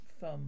thumb